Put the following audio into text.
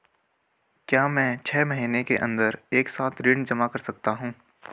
क्या मैं छः महीने के अन्दर एक साथ ऋण जमा कर सकता हूँ?